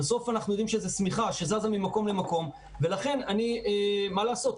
אנחנו יודעים שזו שמיכה שזזה ממקום למקום מה לעשות,